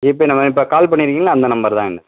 GPay number இப்போ call பண்ணியிருக்கீங்கல்ல அந்த நம்பர் தாங்க